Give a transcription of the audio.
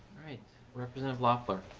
representative loeffler.